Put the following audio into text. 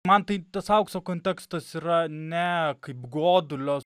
man tai tas aukso kontekstas yra ne kaip godulio